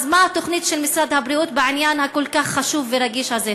אז מה התוכנית של משרד הבריאות בעניין הכל-כך חשוב ורגיש הזה?